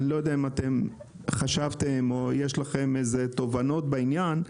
אני לא יודע אם חשבתם או יש לכם תובנות בעניין,